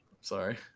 sorry